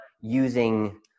using